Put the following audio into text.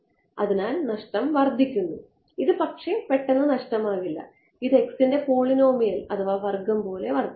അതിനാൽ നഷ്ടം വർദ്ധിക്കുന്നു ഇത് പെട്ടെന്ന് നഷ്ടമാകില്ല ഇത് x ന്റെ പോളിനോമിയൽ വർഗ്ഗം പോലെ വർദ്ധിക്കുന്നു